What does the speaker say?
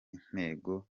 intego